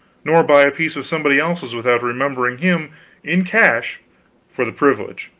nor buy a piece of somebody else's without remembering him in cash for the privilege